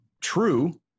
true